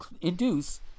induce